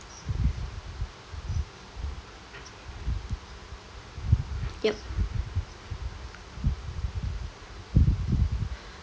ya